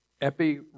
epi